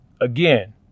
again